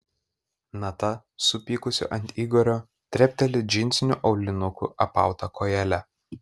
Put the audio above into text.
nata supykusi ant igorio trepteli džinsiniu aulinuku apauta kojele